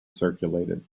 circulated